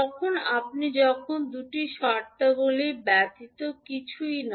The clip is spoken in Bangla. তখন আপনি যখন এই দুটি শর্তাদি বর্তমান পদগুলি ব্যতীত কিছুই না